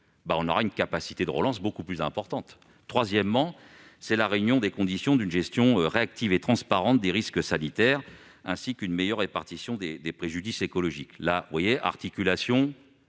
garantira une capacité de relance beaucoup plus importante. Notre troisième axe, c'est la réunion des conditions d'une gestion réactive et transparente des risques sanitaires ainsi qu'une meilleure répartition des préjudices écologiques. Ce faisant, nous articulons